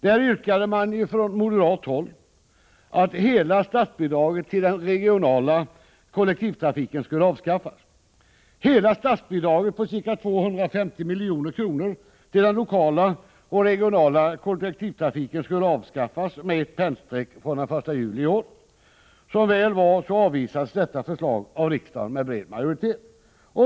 Då yrkades från moderat håll att hela anslaget till den regionala kollektiva trafiken skulle avskaffas — 250 milj.kr. skulle avskaffas med ett pennstreck från den 1 juli i år. Som väl var avvisades detta förslag av riksdagen med bred majoritet.